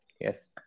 Yes